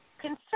concern